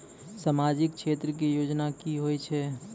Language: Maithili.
समाजिक क्षेत्र के योजना की होय छै?